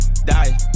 Die